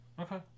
Okay